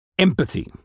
Empathy